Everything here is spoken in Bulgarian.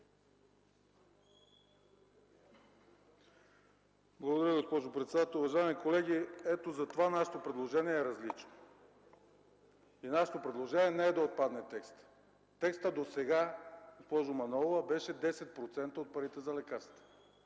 Благодаря, госпожо председател. Уважаеми колеги, ето затова нашето предложение е различно. И то не е да отпадне текстът. Текстът досега, госпожо Манолова, беше – 10% от парите за лекарства.